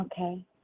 Okay